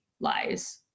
lies